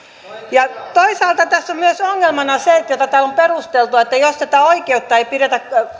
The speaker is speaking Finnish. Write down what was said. ja toisaalta tässä on ongelmana myös se mitä täällä on perusteltu että jos tätä kahdenkymmenen tunnin oikeutta ei pidetä